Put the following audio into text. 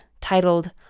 titled